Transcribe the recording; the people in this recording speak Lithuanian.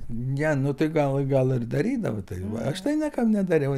ne nu tai gal gal ir darydavo tai va aš tai niekam nedariau